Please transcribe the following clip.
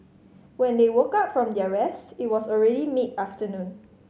when they woke up from their rest it was already mid afternoon